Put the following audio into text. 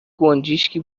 گنجشکی